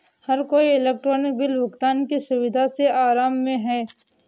हर कोई electronic bill भुगतान की सुविधा से आराम में है